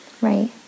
Right